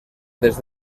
des